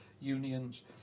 unions